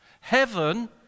Heaven